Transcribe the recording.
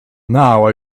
now